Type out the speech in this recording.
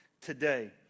today